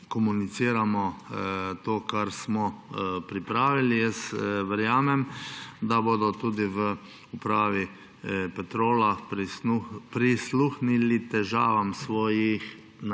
komuniciramo samo o tem, kar smo pripravili. Jaz verjamem, da bodo tudi v upravi Petrola prisluhnili težavam svojih